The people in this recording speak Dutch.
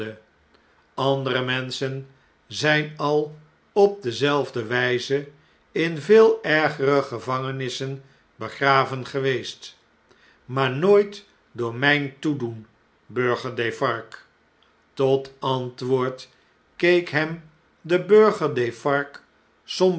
andere menschen zgn al op dezelfde wijze in veel ergere gevangenissen begraven geweest maar nooit door mgn toedoen burger defarge tot antwoord keek hem de